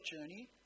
journey